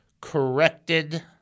corrected